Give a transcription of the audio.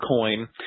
coin